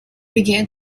began